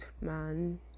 man